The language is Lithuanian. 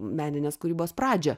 meninės kūrybos pradžią